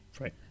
Right